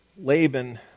Laban